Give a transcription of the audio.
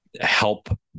help